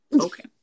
Okay